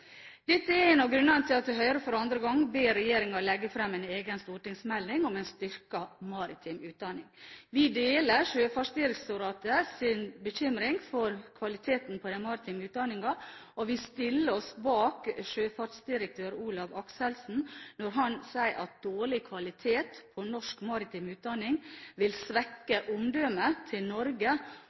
Dette er en av grunnene til at Høyre for andre gang ber regjeringen legge fram en egen stortingsmelding om en styrket maritim utdanning. Vi deler Sjøfartsdirektoratets bekymring for kvaliteten på den maritime utdanningen, og vi stiller oss bak sjøfartsdirektør Olav Akselsen når han sier at dårlig kvalitet på norsk maritim utdanning vil svekke omdømmet til Norge